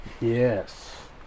Yes